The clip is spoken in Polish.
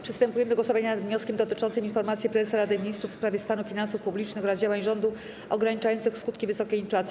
Przystępujemy do głosowania nad wnioskiem dotyczącym informacji prezesa Rady Ministrów w sprawie stanu finansów publicznych oraz działań rządu ograniczających skutki wysokiej inflacji.